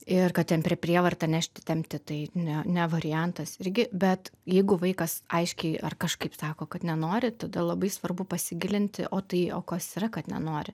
ir kad ten per prievartą nešti tempti tai ne ne variantas irgi bet jeigu vaikas aiškiai ar kažkaip sako kad nenori tada labai svarbu pasigilinti o tai o kas yra kad nenori